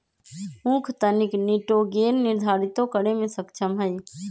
उख तनिक निटोगेन निर्धारितो करे में सक्षम हई